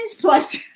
plus